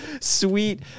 sweet